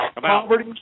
poverty